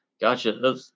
Gotcha